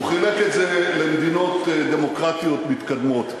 הוא חילק את זה למדינות דמוקרטיות מתקדמות.